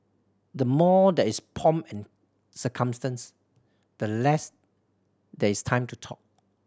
the more there is pomp and circumstance the less there is time to talk